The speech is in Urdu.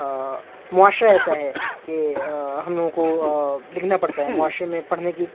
معاشرہ ایسا ہے کہ ہم لوگوں کو لکھنا پڑتا ہے معاشرے میں پڑھنے کی